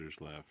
left